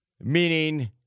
meaning